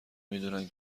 میدونن